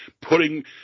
putting